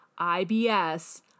IBS